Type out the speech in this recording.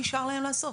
ואובדנות.